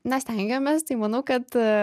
na stengiamės tai manau kad